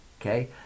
Okay